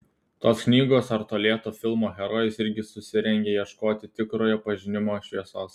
tos knygos ar to lėto filmo herojus irgi susirengia ieškoti tikrojo pažinimo šviesos